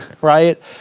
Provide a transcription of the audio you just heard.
right